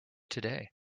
today